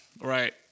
right